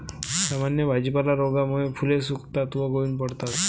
सामान्य भाजीपाला रोगामुळे फुले सुकतात व गळून पडतात